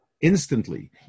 instantly